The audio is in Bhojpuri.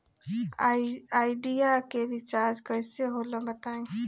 आइडिया के रिचार्ज कइसे होला बताई?